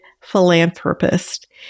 philanthropist